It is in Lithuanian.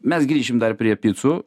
mes grįšim dar prie picų